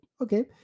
okay